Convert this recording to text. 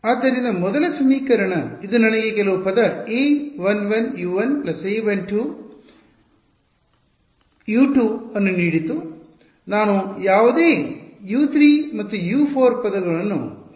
ಆದ್ದರಿಂದ ಮೊದಲ ಸಮೀಕರಣ ಇದು ನನಗೆ ಕೆಲವು ಪದ A11 U1 A12 U2 ಅನ್ನು ನೀಡಿತು ನಾನು ಯಾವುದೇ U3 ಮತ್ತು U4 ಪದಗಳನ್ನು ಹೊಂದಿದ್ದೇನೆಯೇ